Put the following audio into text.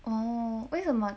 哦为什么